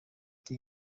iki